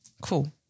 Cool